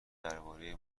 درباره